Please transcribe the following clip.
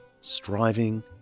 striving